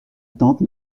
tante